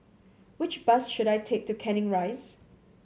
which bus should I take to Canning Rise